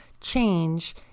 change